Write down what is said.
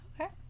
Okay